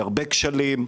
ירבה כשלים,